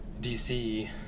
DC